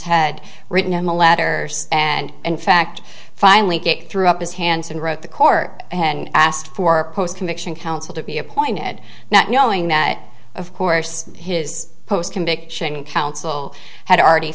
had written him a letter and in fact finally get through up his hands and wrote the court and asked for post conviction counsel to be appointed not knowing that of course his post conviction counsel had already